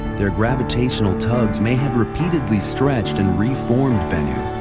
their gravitational tugs may have repeatedly stretched and reformed bennu,